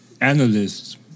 analysts